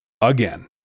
again